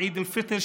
בעיד אל-פיטר,